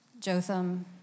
Jotham